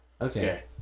okay